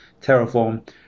Terraform